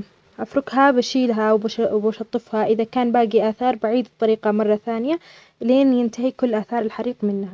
أفركها بشيلها وبش- بشطفها إذا كان باقي أثار بعيد الطريقة مرة ثانية لين ينتهي كل أثار الحريق منها.